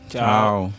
Ciao